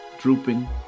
drooping